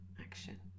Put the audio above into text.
action